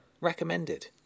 recommended